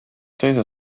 teise